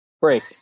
break